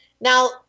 now